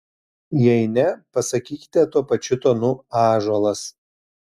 jei ne pasakykite tuo pačiu tonu ąžuolas